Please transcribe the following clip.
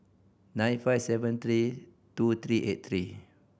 nine five seven three two three eight three